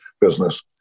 business